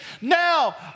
Now